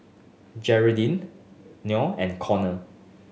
Geraldine Noe and Conor